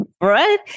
Right